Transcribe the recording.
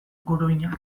guruinak